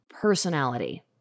personality